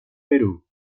perú